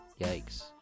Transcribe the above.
Yikes